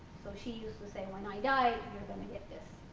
so she used to say, when i die, you're going to get this.